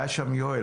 היה שם יואל,